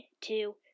two